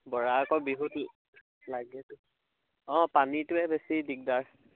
বৰা আকৌ বিহুত লাগে যে অঁ পানীটোৱে বেছি দিগদাৰ